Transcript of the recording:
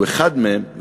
הוא אחד מהם.